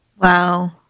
wow